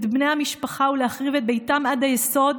את בני המשפחה ולהחריב את ביתם עד היסוד,